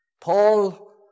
Paul